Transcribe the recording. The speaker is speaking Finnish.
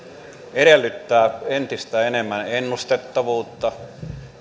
edellyttää entistä enemmän ennustettavuutta